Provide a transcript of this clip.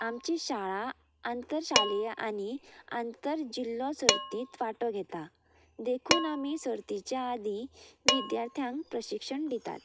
आमची शाळा आंतरशालीय आनी आंतर जिल्लो सर्तींत वांटो घेता देखून आमी सर्तीच्या आदी विद्यार्थ्यांक प्रशिक्षण दितात